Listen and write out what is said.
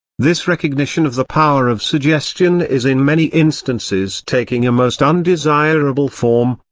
this recognition of the power of suggestion is in many instances taking a most undesirable form,